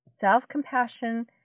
self-compassion